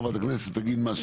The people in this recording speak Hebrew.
חברת הכנסת תגיד מה שהיא חושבת.